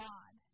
God